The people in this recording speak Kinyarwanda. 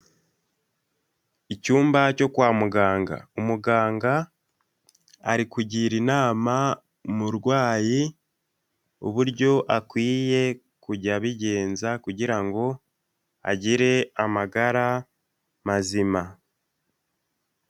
Icyumba cyo kwa muganga, umuganga arikugira inama umurwayi uburyo akwiye kujya abigenza kugira ngo agire amagara mazima.